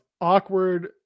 awkward